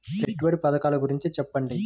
పెట్టుబడి పథకాల గురించి చెప్పండి?